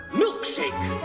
milkshake